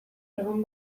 egon